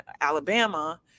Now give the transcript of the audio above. Alabama